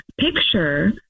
picture